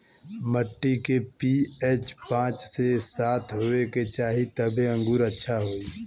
मट्टी के पी.एच पाँच से सात होये के चाही तबे अंगूर अच्छा होई